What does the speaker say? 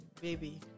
baby